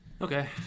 Okay